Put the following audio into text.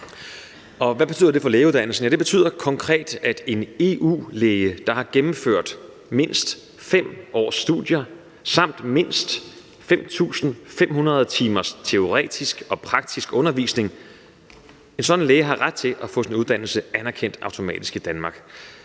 Hvad betyder det for lægeuddannelsen? Det betyder konkret, at en EU-læge, der har gennemført mindst 5 års studier samt mindst 5.500 timers teoretisk og praktisk undervisning, har ret til automatisk at få sin uddannelse anerkendt i Danmark.